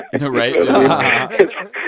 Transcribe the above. Right